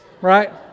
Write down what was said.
right